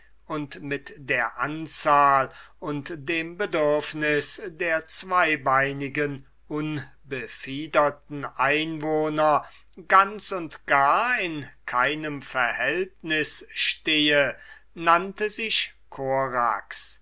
und mit der anzahl und dem bedürfnis der zweibeinigten unbefiederten einwohner ganz und gar in keinem verhältnis stehe nannte sich korax